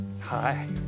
Hi